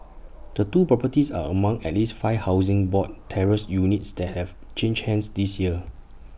the two properties are among at least five Housing Board terraced units that have changed hands this year